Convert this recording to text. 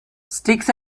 sticks